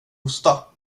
hosta